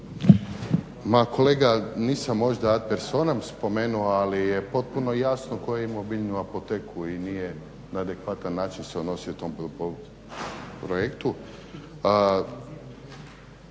Ma kolega nisam možda ap personam spomenuo ali je potpuno jasno tko je imao biljnu apoteku i nije na adekvatan način se odnosio tom projektu.